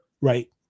Right